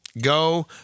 Go